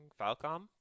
Falcom